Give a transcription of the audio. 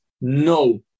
no